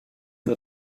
für